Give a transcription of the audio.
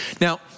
Now